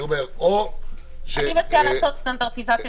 אני מציעה לעשות סטנדרטיזציה,